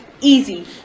easy